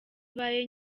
ibaye